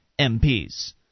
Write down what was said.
MPs